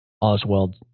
Oswald